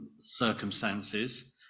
circumstances